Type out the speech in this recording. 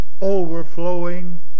Overflowing